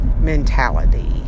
mentality